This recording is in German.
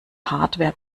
hardware